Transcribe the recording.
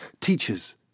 Teachers